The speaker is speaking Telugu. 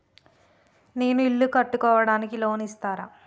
నేను ఇల్లు కట్టుకోనికి లోన్ ఇస్తరా?